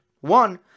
One